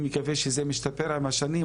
אני מקווה שזה משתפר עם השנים,